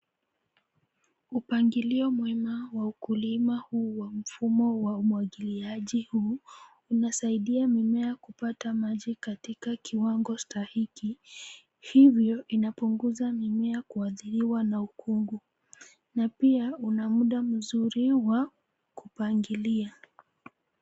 Upangilio mwema wa ukulima huu wa mfumo wa umwagiliaji huu, unasaidia mimea kupata maji katika kiwango stahiki hivyo inapunguza mimea kuadhiriwa na ukungu na pia una muda mzuri wa kupangilia.